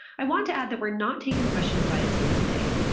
i want to add that we're not taking questions via zoom today.